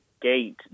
gate